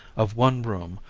of one room,